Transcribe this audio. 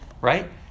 Right